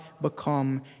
become